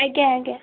ଆଜ୍ଞା ଆଜ୍ଞା